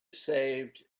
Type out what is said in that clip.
saved